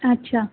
अच्छा